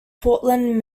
portland